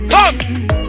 Come